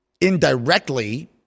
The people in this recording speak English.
indirectly